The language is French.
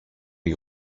les